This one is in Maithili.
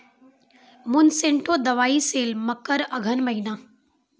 मोनसेंटो दवाई सेल मकर अघन महीना,